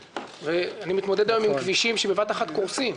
אני מתמודד היום עם כבישים שבבת אחת קורסים.